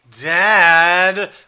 Dad